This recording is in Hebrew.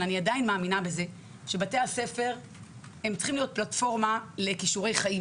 אבל אני עדיין מאמינה שבתי הספר צריכים להיות פלטפורמה לכישורי חיים